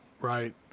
right